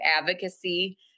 Advocacy